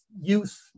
youth